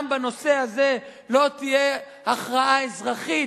גם בנושא הזה לא תהיה הכרעה אזרחית.